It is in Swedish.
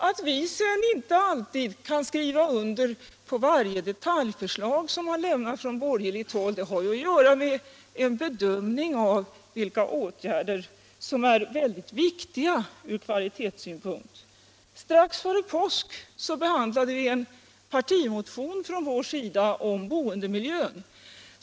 Att vi sedan inte alltid kan skriva under på varje detaljförslag som framläggs från borgerligt håll har att göra med en bedömning av vilka åtgärder som är effektiva från kvalitetssynpunkt. Strax före påsk behandlade riksdagen en partimotion från oss om boendemiljön.